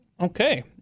Okay